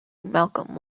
malcolm